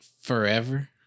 forever